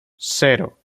cero